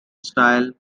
styled